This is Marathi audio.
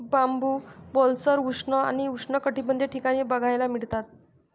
बांबू ओलसर, उष्ण आणि उष्णकटिबंधीय ठिकाणी बघायला मिळतात